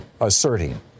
asserting